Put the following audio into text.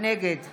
נגד